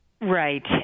Right